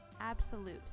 absolute